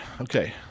okay